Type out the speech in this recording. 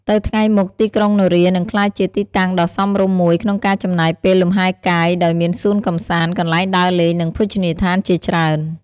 ទៅថ្ងៃមុខ ទីក្រុងនរានឹងក្លាយជាទីតាំងដ៏សមរម្យមួយក្នុងការចំណាយពេលលំហែលកាយ ដោយមានសួនកម្សាន្ត កន្លែងដើរលេង និងភោជនីយដ្ឋានជាច្រើន។